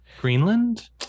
Greenland